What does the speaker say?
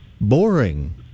boring